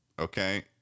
Okay